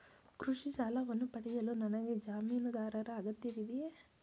ಕೃಷಿ ಸಾಲವನ್ನು ಪಡೆಯಲು ನನಗೆ ಜಮೀನುದಾರರ ಅಗತ್ಯವಿದೆಯೇ?